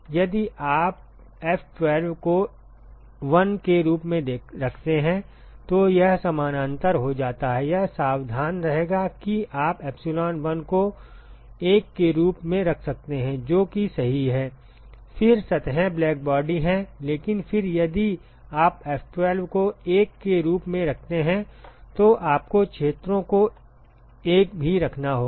यदि आप F12 को 1 के रूप में रखते हैं तो यह समानांतर हो जाता है यह सावधान रहेगा कि आप epsilon को 1 के रूप में रख सकते हैं जो कि सही है फिर सतहें ब्लैकबॉडी हैं लेकिन फिर यदि आप F12 को 1 के रूप में रखते हैं तो आपको क्षेत्रों को 1 भी रखना होगा